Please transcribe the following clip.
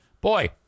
Boy